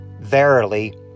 verily